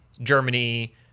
germany